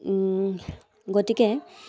গতিকে